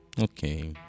okay